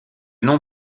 nom